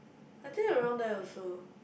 I think around there also